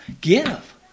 give